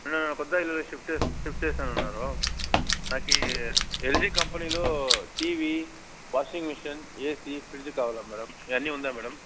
నేను కొత్త ఇల్లు షిఫ్ట్ చే షిఫ్ట్ చేస్తున్నాను నాకు ఈ ఎల్జి కంపెనీలో TV washing machine AC fridge కావాలి మేడం ఇవన్నీ ఉందా మేడం